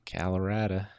Colorado